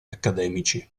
accademici